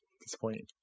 Disappointing